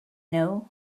know